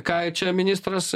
ką čia ministras